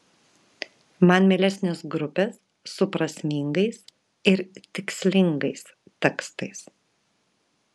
man mielesnės grupės su prasmingais ir tikslingais tekstais